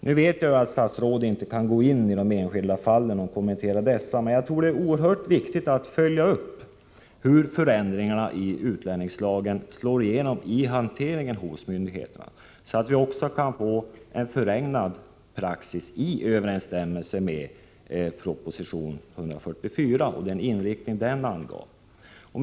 Nu vet jag ju att statsrådet inte kan gå in i de enskilda fallen och kommentera dessa, men jag tror att det är oerhört viktigt att följa upp hur förändringarna i utlänningslagen slår igenom vid myndigheternas hantering av ärenden så att vi också kan få en förenklad praxis i överensstämmelse med proposition 144 och den inriktning som denna angav.